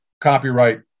copyright